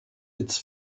its